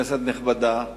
כנסת נכבדה,